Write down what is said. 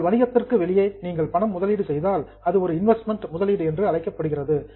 உங்கள் வணிகத்திற்கு வெளியை நீங்கள் பணம் முதலீடு செய்தால் அது ஒரு இன்வெஸ்ட்மென்ட் முதலீடு என்று அழைக்கப்படுகிறது